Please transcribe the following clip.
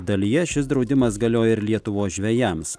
dalyje šis draudimas galioja ir lietuvos žvejams